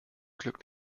glück